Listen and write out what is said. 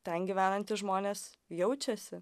ten gyvenantys žmonės jaučiasi